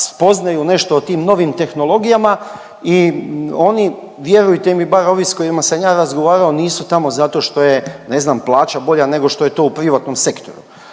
spoznaju nešto o tim novim tehnologijama i oni, vjerujte mi, bar ovi s kojima sam ja razgovarao, nisu tamo zato što je, ne znam, plaća bolje nego što je to u privatnom sektoru.